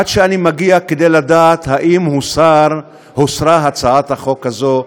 עד שאני מגיע כדי לדעת האם הוסרה הצעת החוק הזאת,